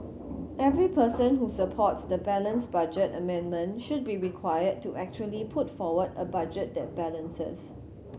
every person who supports the balanced budget amendment should be required to actually put forward a budget that balances